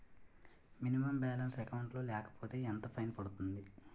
Minimum balance account లో లేకపోతే ఎంత ఫైన్ పడుతుంది?